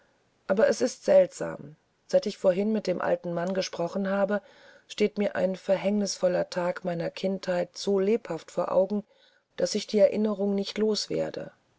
aber es ist seltsam seit ich vorhin mit dem alten mann gesprochen habe steht mir ein verhängnisvoller tag meiner kindheit so lebhaft vor augen daß ich die erinnerung nicht los